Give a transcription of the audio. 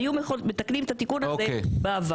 היו מתקנים את התיקון הזה בעבר.